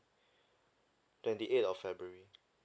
twenty eight of february